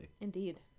indeed